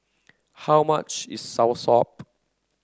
how much is soursop